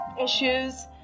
issues